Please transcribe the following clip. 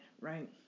right